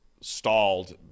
stalled